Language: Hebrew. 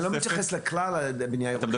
אני לא מתייחס לכלל הבנייה הירוקה,